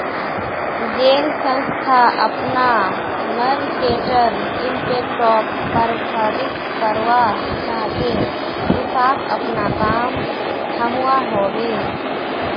जेल संस्था अपना मर्केटर इम्पैक्टोक प्रबधित करवा चाह्चे उसाक अपना काम थम्वा होबे